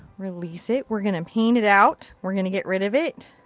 release it. we're gonna and paint it out. we're gonna get rid of it.